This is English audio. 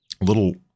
little